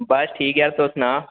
बस ठीक ऐ तुस सनाओ